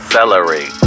Celery